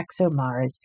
ExoMars